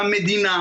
שהמדינה,